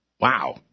Wow